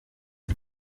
aya